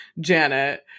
Janet